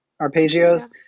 arpeggios